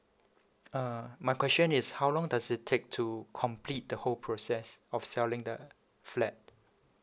uh my question is how long does it take to complete the whole process of selling the flat